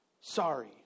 Sorry